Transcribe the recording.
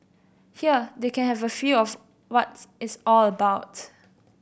here they can have a feel of what it's all about